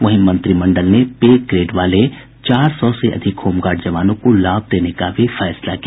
वहीं मंत्रिमंडल ने पे ग्रेड वाले चार सौ से अधिक होमगार्ड जवानों को लाभ देने का भी फैसला किया